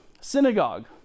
Synagogue